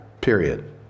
period